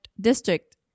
district